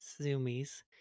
zoomies